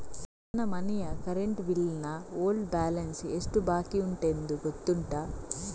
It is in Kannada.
ನನ್ನ ಮನೆಯ ಕರೆಂಟ್ ಬಿಲ್ ನ ಓಲ್ಡ್ ಬ್ಯಾಲೆನ್ಸ್ ಎಷ್ಟು ಬಾಕಿಯುಂಟೆಂದು ಗೊತ್ತುಂಟ?